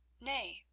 nay,